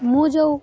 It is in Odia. ମୁଁ ଯେଉଁ